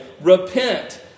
Repent